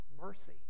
mercy